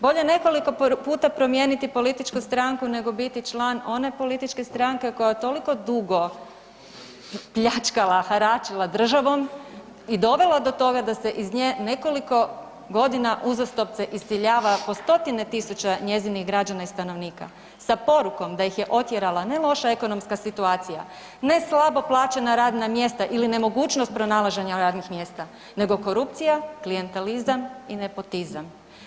Bolje nekoliko puta promijeniti političku stranku nego biti član one političke stranke koja je toliko dugo pljačkala, haračila državom i dovela do toga da se iz nje nekoliko godina uzastopce iseljava po stotine tisuća njezinih građana i stanovnika sa porukom da ih je otjerala ne loša ekonomska situacija, ne slabo plaćena radna mjesta ili nemogućnost pronalaženja radnih mjesta, nego korupcija, klijentelizam i nepotizam.